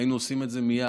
היינו עושים את זה מייד,